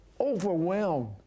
overwhelmed